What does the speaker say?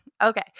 Okay